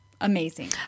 amazing